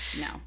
No